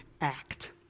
act